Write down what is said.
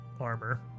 armor